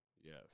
Yes